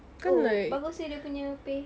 oh bagus seh dia punya pay